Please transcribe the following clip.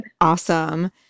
Awesome